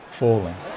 falling